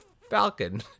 Falcon